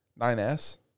9S